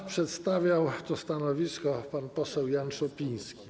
A przedstawiał to stanowisko pan poseł Jan Szopiński.